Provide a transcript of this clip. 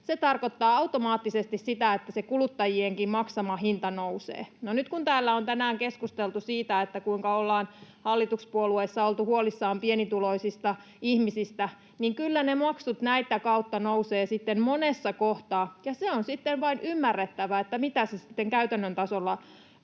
se tarkoittaa automaattisesti sitä, että se kuluttajienkin maksama hinta nousee. No nyt kun täällä on tänään keskusteltu siitä, kuinka ollaan hallituspuolueissa oltu huolissaan pienituloisista ihmisistä, niin kyllä ne maksut näiden kautta nousevat sitten monessa kohtaa, ja se on sitten vain ymmärrettävä, mitä se käytännön tasolla